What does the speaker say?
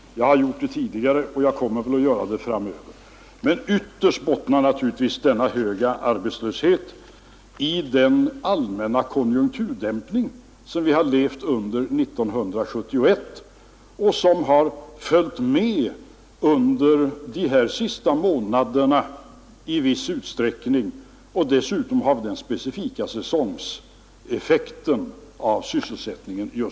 Jag har gjort det tidigare och kommer väl att göra det också framöver. Men ytterst bottnar naturligtvis den höga arbetslösheten i den allmänna konjunkturdämpning som vi har levt i under 1971 och som i viss utsträckning har följt med under de sista månaderna — och dessutom i den specifika säsongmässiga nedgången i sysselsättningen.